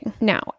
Now